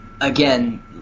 again